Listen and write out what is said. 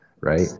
right